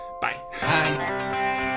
Bye